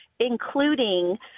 Including